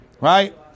Right